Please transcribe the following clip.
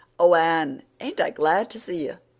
oh, anne, ain't i glad to see you!